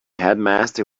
headmaster